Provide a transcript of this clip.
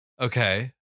Okay